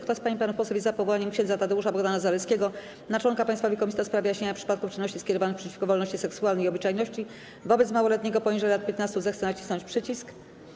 Kto z pań i panów posłów jest za powołaniem ks. Tadeusza Bohdana Zaleskiego na członka Państwowej Komisji do spraw wyjaśniania przypadków czynności skierowanych przeciwko wolności seksualnej i obyczajności wobec małoletniego poniżej lat 15, zechce nacisnąć przycisk.